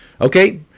Okay